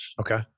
Okay